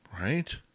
Right